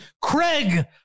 Craig